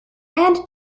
and